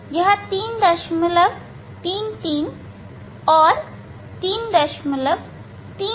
यह 333 और 334 के बीच है